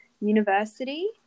university